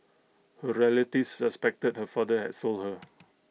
her relatives suspected her father had sold her